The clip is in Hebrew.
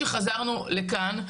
כשחזרנו לכאן,